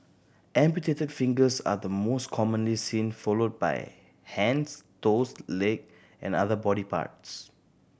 amputated fingers are the most commonly seen followed by hands toes leg and other body parts